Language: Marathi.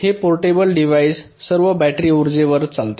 हे पोर्टेबल डिव्हाइस सर्व बॅटरी उर्जेवर चालते